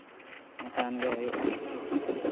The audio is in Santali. ᱮᱱᱠᱷᱟᱱ ᱜᱮ ᱦᱩᱭᱩᱜᱼᱟ